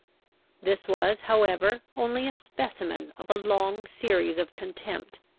this was, however, only a specimen of a long series of contempt,